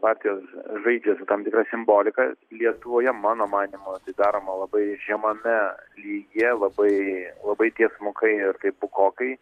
partijos žaidžia su tam tikra simbolika lietuvoje mano manymu tai daroma labai žemame lygyje labai labai tiesmukai ir taip bukokai